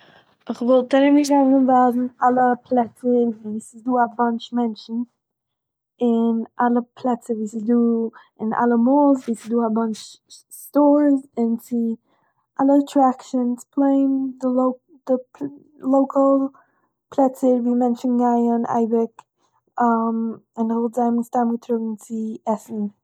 איך וואלט ארומגעגאנגען ווייזן אלע פלעצער וואו ס'איז דא א באנטש מענטשן און אלע פלעצער וואו ס'איז דא און אלע מאלס וואו ס'איז דא א באנטש סטארס און צו אלע עטרעקשינס, פלעין די לאק- די לאקאל פלעצער וואו מענטשן גייען אייביג און איך וואלט זיי מן הסתם געטראגן צו עסן עפעס גוט.